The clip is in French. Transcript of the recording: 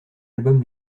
album